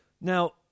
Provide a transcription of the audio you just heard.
Now